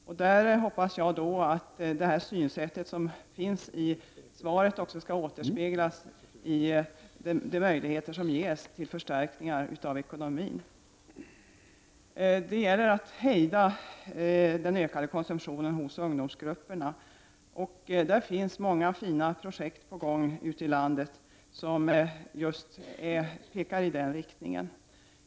Därför hoppas jag att det synsätt som finns i svaret också skall återspeglas i möjligheter till förstärkningar av ekonomin. Det gäller att hejda den ökande konsumtionen hos ungdomsgrupperna. Det finns många fina projekt på gång ute i landet som just pekar i den riktningen.